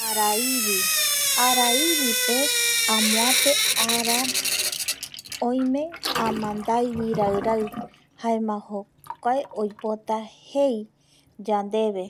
Ara ɨvɨ, ivipe amope ara oime amandaibi rairai jaema jokuae oipota jei yandeve